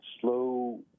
slow